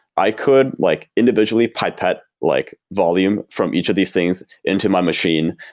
i could like individually pipette like volume from each of these things into my machine,